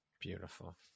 beautiful